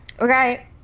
Okay